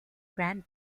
grand